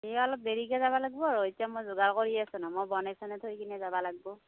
সেয়া অলপ দেৰিকৈ যাব লাগিব আৰু এতিয়া মই যোগাৰ কৰি আছো নহয় মই বনাই ছনে থৈ কিনে যাব লাগিব